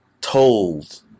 told